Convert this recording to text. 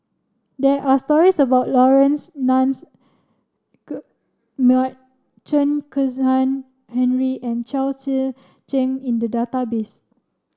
there are stories about Laurence Nunns Chen Kezhan Henri and Chao Tzee Cheng in the database